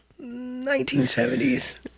1970s